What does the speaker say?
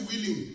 willing